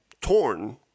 torn